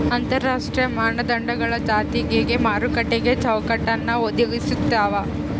ಅಂತರರಾಷ್ಟ್ರೀಯ ಮಾನದಂಡಗಳು ಜಾಗತಿಕ ಮಾರುಕಟ್ಟೆಗೆ ಚೌಕಟ್ಟನ್ನ ಒದಗಿಸ್ತಾವ